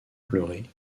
pleurer